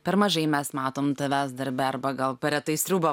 per mažai mes matom tavęs darbe arba gal per retai sriubą